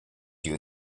you